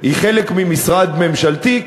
היא חלק ממשרד ממשלתי?